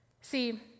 See